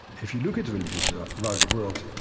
if you look at religions around the world,